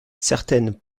certaines